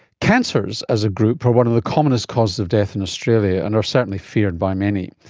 cancers as a group are one of the commonest causes of death in australia and are certainly feared by many.